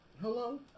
Hello